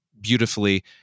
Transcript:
beautifully